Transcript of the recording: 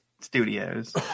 Studios